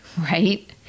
right